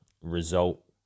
result